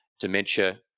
dementia